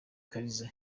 kaliza